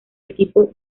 equipo